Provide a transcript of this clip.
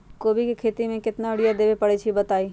कोबी के खेती मे केतना यूरिया देबे परईछी बताई?